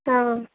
ହଁ